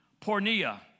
Pornea